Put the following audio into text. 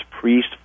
priest